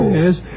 Yes